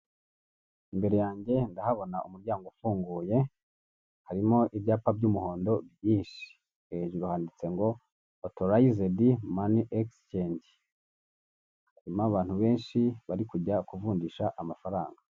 Imbere yanjye ndahabona umuryango ufunguye, harimo ibyapa by'umuhondo byinshi, hejuru handitse ngo otorayizedi mani egisicenge harimo abantu benshi bari kujya kuvunjisha amafaranga.